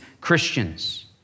Christians